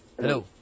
Hello